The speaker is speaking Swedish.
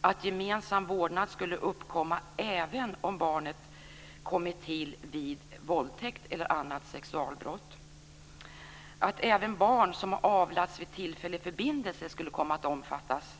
att gemensam vårdnad skulle uppkomma även om barnet kommit till vid våldtäkt eller annat sexualbrott och att även barn som avlats vid en tillfällig förbindelse skulle komma att omfattas.